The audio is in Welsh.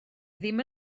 ddim